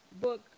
book